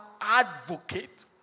advocate